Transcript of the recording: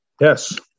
Yes